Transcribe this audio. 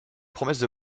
promesses